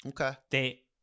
Okay